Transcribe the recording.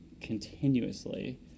continuously